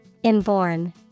Inborn